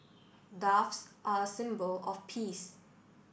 doves are a symbol of peace